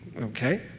Okay